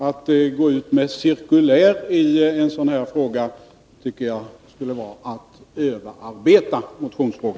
Att gå ut med cirkulär i en sådan fråga tycker jag vore att överarbeta det hela.